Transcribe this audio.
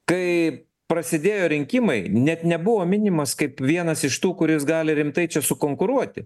kai prasidėjo rinkimai net nebuvo minimas kaip vienas iš tų kuris gali rimtai čia sukonkuruoti